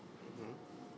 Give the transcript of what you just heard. mm